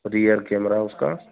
rear camera उसका